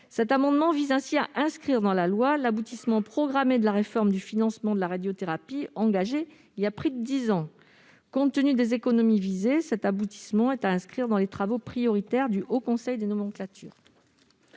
cet amendement tend à inscrire dans la loi l'aboutissement programmé de la réforme du financement de la radiothérapie, engagée il y a près de dix ans. Compte tenu des économies escomptées, cet aboutissement mérite d'être inscrit parmi les travaux prioritaires du Haut Conseil des nomenclatures